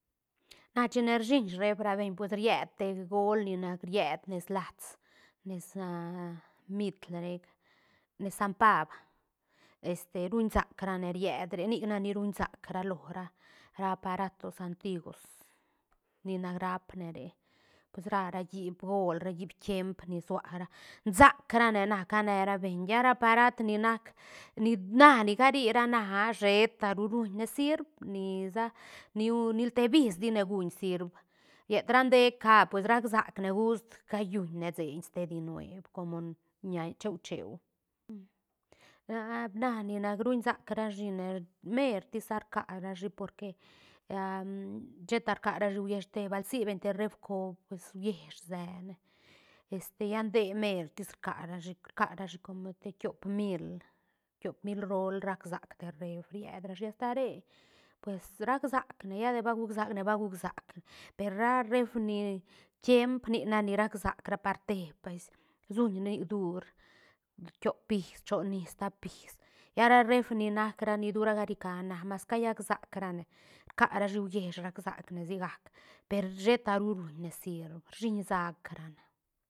Na china rshiñ reef ra beñ pues ried te göl ni nac ried nes lats nesa mitl rec nes san paab este ruñ sac rane riet re nic nac ni riun sac ra lora ra aparatos antiguos ni nac raap ne re pues ra ra hiip gol ra hiip tiemp ni sua ra nsac ra ne na canera beñ lla ra parad ni nac ni na ni cari ra na a shetaru ruñne sirb nisa ni un nil te bis tine guuñ sirb llet ra deek a pues rac sac ne gust callun ne seiñ stedi nuev como-ña cheu cheu na ni nac ruñ sac rashine mertis sa rcarashi porque sheta rcarashi huiesh te bal sibeñ te reef coob pues huiesh se ne este lla nde mer tis rcarashi- rcarashi como te tiop mil tiop mil rool rac sac te reef ried rashi asta re pues rac sacne lla de ba gug sac ne ba guc sac ne per ra reefni tiemp nic nac ni rac sac par tepas suñ nic dur tiop is choon is tap is lla ra reef ni nac ni dura cari ca na mas cayac sac rane rca rashi huiesh rac sac ne sigac per sheta ru ruñne sirb rshinsac rane